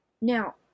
Now